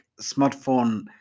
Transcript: smartphone